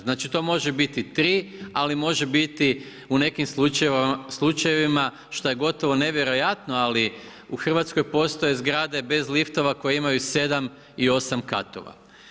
Znači, to može biti 3, ali može biti u nekim slučajevima, što je gotovo nevjerojatno, ali u RH postoje zgrade bez liftova koje imaju 7 i 8 katova.